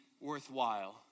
worthwhile